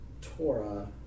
Torah